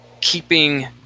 keeping